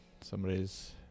somebody's